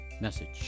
message